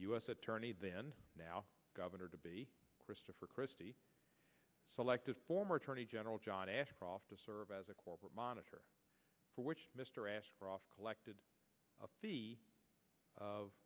s attorney then now governor to be christopher christie selected former attorney general john ashcroft to serve as a corporate monitor for which mr ashcroft collected a fee of